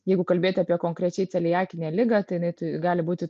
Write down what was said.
jeigu kalbėti apie konkrečiai celiakinę ligą tai jinai gali būti